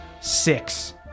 six